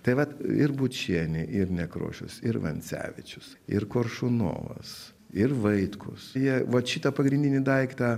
tai vat ir bučienė ir nekrošius ir vancevičius ir koršunovas ir vaitkus jie vat šitą pagrindinį daiktą